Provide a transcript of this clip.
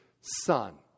son